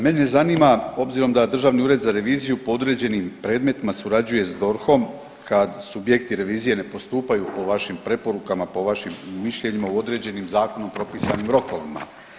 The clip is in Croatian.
Mene zanima obzirom da Državni ured za reviziju po određenim predmetima surađuje s DORH-om kad subjekti revizije ne postupaju po vašim preporukama, po vašim mišljenjima u određenim zakonom propisanim rokovima.